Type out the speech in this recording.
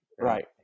Right